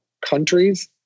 countries